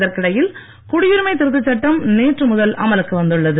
இதற்கிடையில் குடியுரிமை திருத்தச் சட்டம் நேற்று முதல் அமலுக்கு வந்துள்ளது